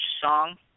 song